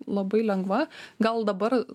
labai lengva gal dabar